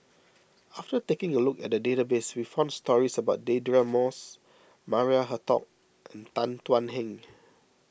after taking a look at the database we found stories about Deirdre Moss Maria Hertogh and Tan Thuan Heng